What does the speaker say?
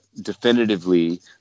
Definitively